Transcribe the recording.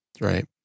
Right